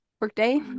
workday